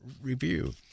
review